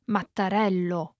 Mattarello